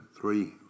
three